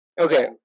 Okay